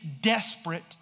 desperate